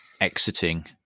exiting